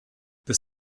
this